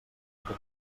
que